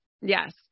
yes